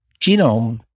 genome